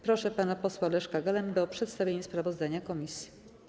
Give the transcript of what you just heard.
Proszę pana posła Leszka Galembę o przedstawienie sprawozdania komisji.